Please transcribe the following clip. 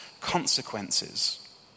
consequences